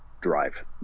drive